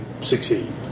succeed